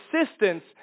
assistance